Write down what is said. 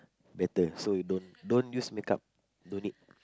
better so you don't don't use makeup don't need